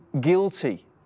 guilty